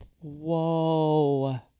whoa